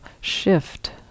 shift